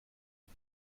mit